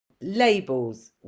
labels